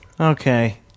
Okay